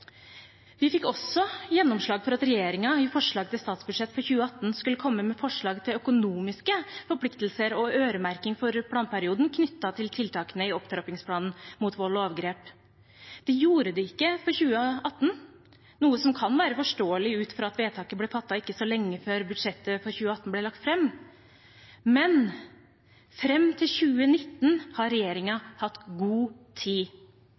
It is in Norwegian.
Vi fikk også gjennomslag for at regjeringen i forslag til statsbudsjett for 2018 skulle komme med forslag om økonomiske forpliktelser og øremerking for planperioden knyttet til tiltakene i Opptrappingsplan mot vold og overgrep. Det gjorde de ikke for 2018, noe som kan være forståelig ut fra at vedtaket ble fattet ikke så lenge før budsjettet for 2018 ble lagt fram, men fram til 2019 har regjeringen god tid.